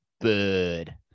bird